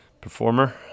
performer